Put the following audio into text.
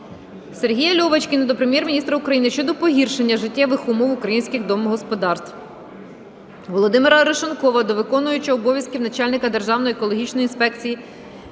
Сергія Льовочкіна до Прем'єр-міністра України щодо погіршення життєвих умов українських домогосподарств. Володимира Арешонкова до виконувача обов'язків начальника Державної екологічної інспекції